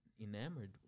enamored